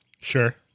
Sure